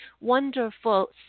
wonderful